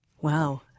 Wow